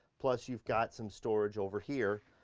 plus you've got some storage over here,